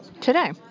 today